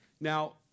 Now